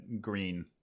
green